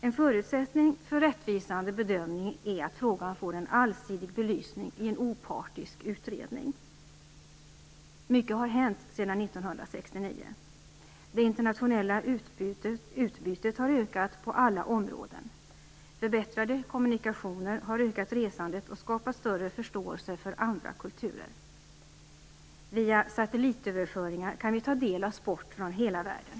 En förutsättning för rättvisande bedömning är att frågan får en allsidig belysning i en opartisk utredning. Mycket har hänt sedan 1969. Det internationella utbytet har ökat på alla områden. Förbättrade kommunikationer har ökat resandet och skapat större förståelse för andra kulturer. Via satellitöverföring kan vi ta del av sport från hela världen.